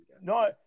No